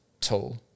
tool